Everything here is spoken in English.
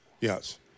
Yes